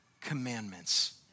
commandments